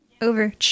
over